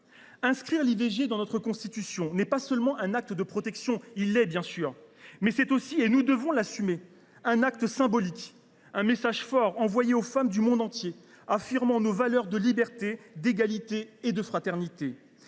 de l’IVG dans notre Constitution n’est pas seulement un acte de protection. Il l’est, bien sûr, mais il s’agit aussi – nous devons l’assumer – d’un acte symbolique, d’un message fort envoyé aux femmes du monde entier, par lequel nous affirmons nos valeurs de liberté, d’égalité et de fraternité.